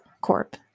Corp